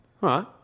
right